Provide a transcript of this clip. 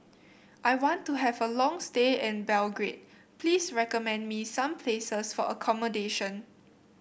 I want to have a long stay in Belgrade please recommend me some places for accommodation